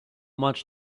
much